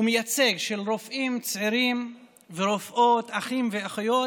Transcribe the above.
ומייצג של רופאים צעירים ורופאות, אחים ואחיות,